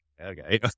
okay